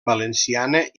valenciana